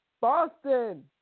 Boston